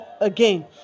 again